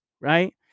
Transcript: right